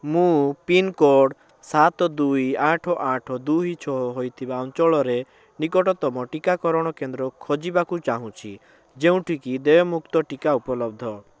ମୁଁ ପିନ୍କୋଡ଼୍ ସାତ ଦୁଇ ଆଠ ଆଠ ଦୁଇ ଛଅ ହୋଇଥିବା ଅଞ୍ଚଳରେ ନିକଟତମ ଟିକାକରଣ କେନ୍ଦ୍ର ଖୋଜିବାକୁ ଚାହୁଁଛି ଯେଉଁଠି କି ଦେୟମୁକ୍ତ ଟିକା ଉପଲବ୍ଧ